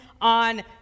on